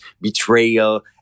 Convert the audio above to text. betrayal